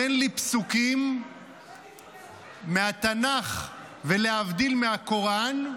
תן לי פסוקים מהתנ"ך ולהבדיל, מהקוראן,